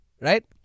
Right